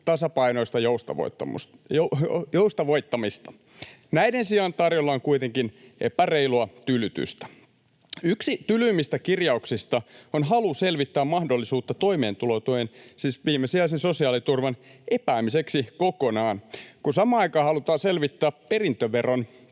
tasapainoista joustavoittamista. Näiden sijaan tarjolla on kuitenkin epäreilua tylytystä. Yksi tylyimmistä kirjauksista on halu selvittää mahdollisuutta toimeentulotuen, siis viimesijaisen sosiaaliturvan, epäämiseksi kokonaan. Kun samaan aikaan halutaan selvittää perintöveron